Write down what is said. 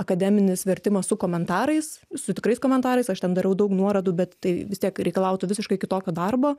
akademinis vertimas su komentarais su tikrais komentarais aš ten dariau daug nuorodų bet tai vis tiek reikalautų visiškai kitokio darbo